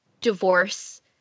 divorce